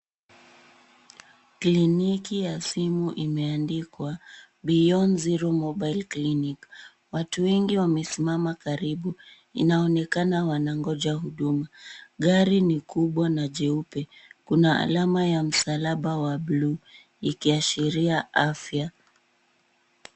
Kliniki ya simu imeandikwa: Beyond Zero Mobile Clinic. Watu wengi wamesimama karribu. Inaonekana wanangoja huduma. Gari ni kubwa na jeupe. Kuna alama ya msalaba wa blue , ikiashiria afya.